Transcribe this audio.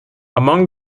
among